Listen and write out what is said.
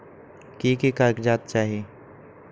की की कागज़ात चाही?